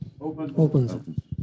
opens